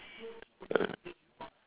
uh